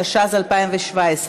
התשע"ז 2017,